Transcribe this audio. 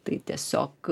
tai tiesiog